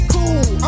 Cool